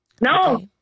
No